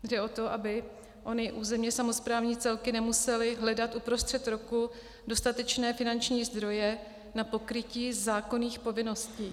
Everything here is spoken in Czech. Jde o to, aby ony územně samosprávní celky nemusely hledat uprostřed roku dostatečné finanční zdroje na pokrytí zákonných povinností.